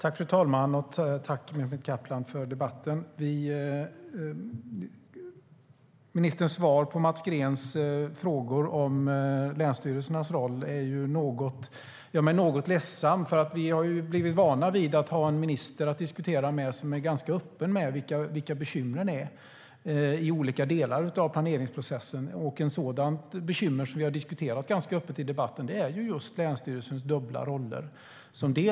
Fru talman! Tack för debatten, Mehmet Kaplan! Ministerns svar på Mats Greens frågor om länsstyrelsernas roll gör mig något ledsen. Vi har ju blivit vana vid att ha en minister som är ganska öppen med vilka bekymren är i olika delar av planeringsprocessen. Ett sådant bekymmer, som vi har diskuterat ganska öppet i debatten, är just länsstyrelsens dubbla roller.